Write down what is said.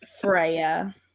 Freya